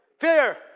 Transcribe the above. fear